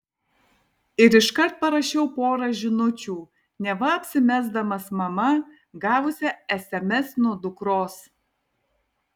ir iškart parašiau porą žinučių neva apsimesdamas mama gavusia sms nuo dukros